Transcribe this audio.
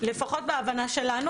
מאוד שמחים על הדיון הזה.